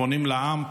פונים לעם,